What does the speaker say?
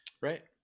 Right